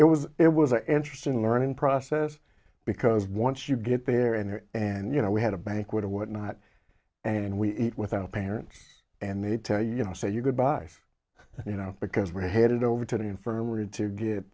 it was it was an interesting learning process because once you get there and there and you know we had a banquet or whatnot and we ate without parents and they'd tell you you know say your goodbyes you know because we're headed over to the infirmary to get